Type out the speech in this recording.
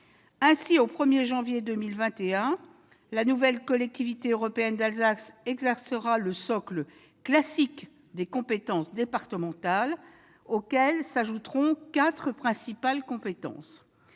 Ainsi, au 1 janvier 2021, la Collectivité européenne d'Alsace exercera le socle classique des compétences départementales, auquel s'ajouteront quatre principales compétences.